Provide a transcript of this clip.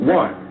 one